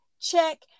check